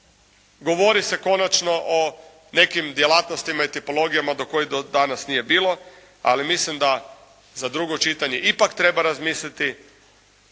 govori se konačno o nekim djelatnostima i tipologija kojih do danas nije bilo. Ali mislim da za drugo čitanje ipak treba razmisliti